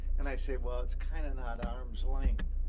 and i say, well, it's kind of not arm's length,